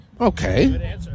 Okay